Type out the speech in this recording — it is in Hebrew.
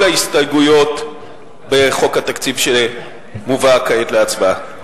ההסתייגויות בחוק התקציב שמובא כעת להצבעה.